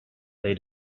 they